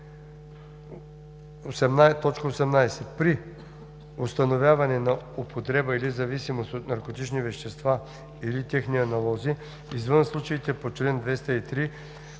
и 21: „18. при установяване на употреба или зависимост от наркотични вещества или техни аналози, извън случаите по чл. 203,